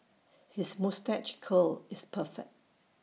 his moustache curl is perfect